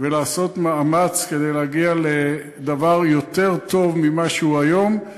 ולעשות מאמץ כדי להגיע לדבר יותר טוב ממה שהוא היום.